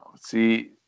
see